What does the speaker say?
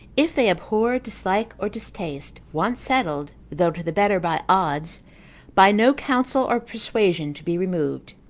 if they abhor, dislike, or distaste, once settled, though to the better by odds by no counsel, or persuasion, to be removed.